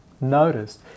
noticed